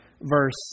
verse